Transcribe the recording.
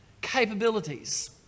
capabilities